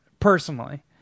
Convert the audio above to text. personally